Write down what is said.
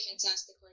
fantastic